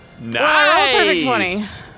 Nice